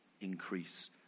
increase